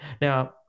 Now